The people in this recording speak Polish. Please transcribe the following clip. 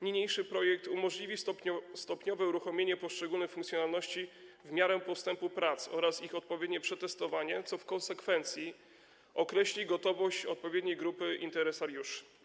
Niniejszy projekt umożliwi stopniowe uruchomienie poszczególnych funkcjonalności w miarę postępu prac oraz ich odpowiednie przetestowanie, co w konsekwencji określi gotowość odpowiedniej grupy interesariuszy.